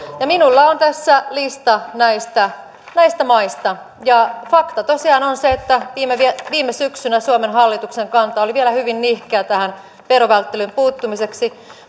minulla on tässä lista näistä näistä maista ja fakta tosiaan on se että viime syksynä suomen hallituksen kanta oli vielä hyvin nihkeä tähän verovälttelyyn puuttumiseen